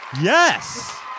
Yes